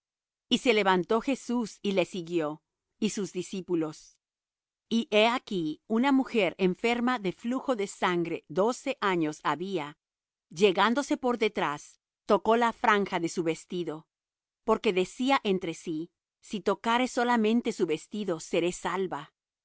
y se levantó jesús y le siguió y sus discípulos y he aquí una mujer enferma de flujo de sangre doce años había llegándose por detrás tocó la franja de su vestido porque decía entre sí si tocare solamente su vestido seré salva